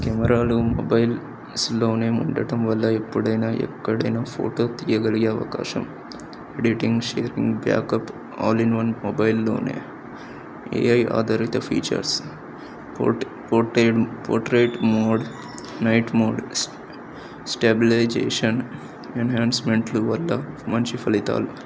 కెమెరాలు మొబైల్స్లో ఉండటం వల్ల ఎప్పుడైనా ఎక్కడైనా ఫోటో తీయగలిగే అవకాశం editing sharing backup all in one మొబైల్లో ఏఐ ఆధారిత ఫీచర్స్ పో పోటే portrait mode night mode stabilisation ఎన్హన్స్మెంట్లు వల్ల మంచి ఫలితాలు